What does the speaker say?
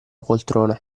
poltrona